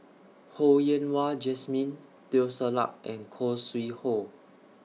Ho Yen Wah Jesmine Teo Ser Luck and Khoo Sui Hoe